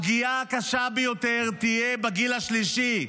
הפגיעה הקשה ביותר תהיה בגיל השלישי.